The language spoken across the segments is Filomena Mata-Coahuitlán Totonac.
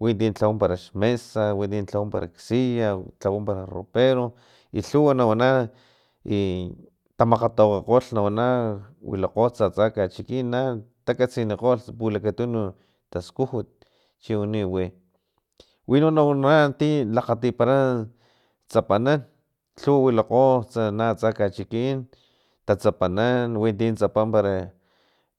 Winti xlhawa para xmesa winti lhawa parax siya tlawa para ropero u lhuwa na wana i tamakgatawakgakgol nawanawilakgots atsa kachikin na takatsinikgo kuesa pulakatun taskujut chiwani wi wino na wana ti lakgatipara tsapanan lhuwa wilakho na atsa kachikin tatsapanan winti tsapama para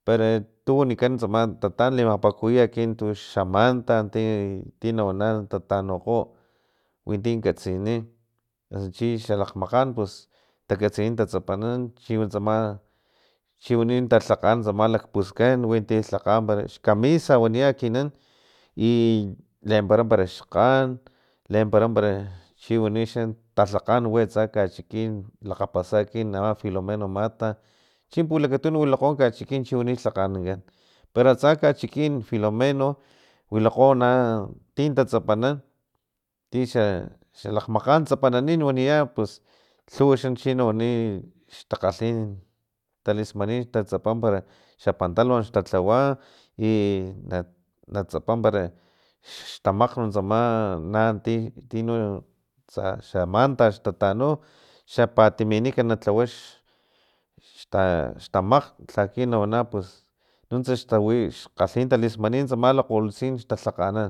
para tu wanikan tsama tatan limapakawikan ekin tux xamanta e tinawana tatanukgo winti katsini axi chi xamakgan takatsini tatsapanan chi wani na talhakga tsama lakpuskan winti lhakga para xkamisa waniya ekinan i lempara para xkgan lempara para chiwanixa talhaka atsa kachikin lakgapasa ekin filimeno mata chin pulakatunu wilakgo kachikin chiwani lhakganankan para atsa kachikin filomeno wilakgo na titatsapanan tixa lakgmakganin na waniya pus lhuwa xa chi wani xtakgalhi talismani tatsapa pero xapantalon xtatlawa i natsapa para xtamakgn tsama nati tino tsaxa manta xtatanu xapatiminik na tlawa xta tamakgn laki na wana pus nustsa xtawi xtalismanin tsama lakgolutsin xtalhakganan